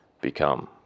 become